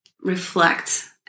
reflect